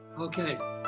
Okay